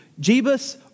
Jebus